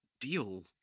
deal